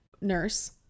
nurse